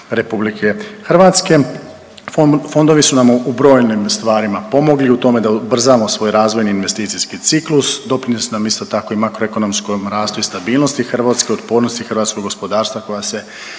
Republike Hrvatske. Fondovi su nam u brojnim stvarima pomogli, u tome da ubrzamo svoj razvojni investicijski ciklus. Doprinijeli su nam isto tako i makro ekonomskom rastu i stabilnosti Hrvatske, otpornosti hrvatskog gospodarstva koja se